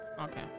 Okay